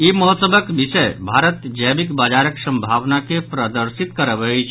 ई महोत्सवक विषय भारतक जैविक बाजारक संभावना के प्रदर्शित करब अछि